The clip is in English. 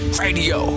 radio